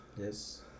Yes